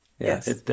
Yes